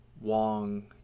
wong